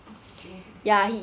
oh shit